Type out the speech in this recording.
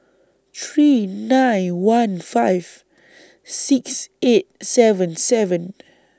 three nine one five six eight seven seven